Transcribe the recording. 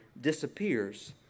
disappears